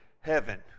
heaven